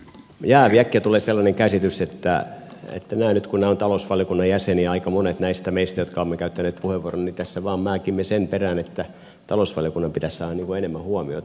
äkkiä tulee sellainen käsitys että nyt kun olemme talousvaliokunnan jäseniä aika monet meistä jotka olemme käyttäneet puheenvuoron niin tässä vain määimme sen perään että talousvaliokunnan pitäisi saada enemmän huomiota